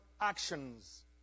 actions